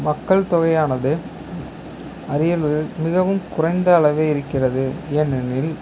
மக்கள் தொகையானது அரியலூரில் மிகவும் குறைந்த அளவே இருக்கிறது ஏனெனில்